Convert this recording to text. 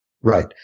Right